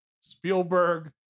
Spielberg